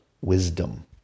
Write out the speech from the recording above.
wisdom